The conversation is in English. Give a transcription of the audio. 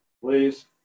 please